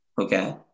okay